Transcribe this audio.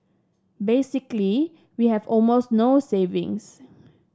basically we have almost no savings